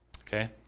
okay